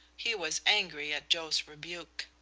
he was angry at joe's rebuke.